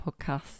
podcast